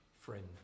friend